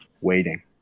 waiting